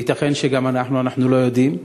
וייתכן שגם אנחנו, אנחנו לא יודעים,